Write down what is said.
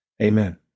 amen